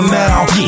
now